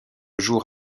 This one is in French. jour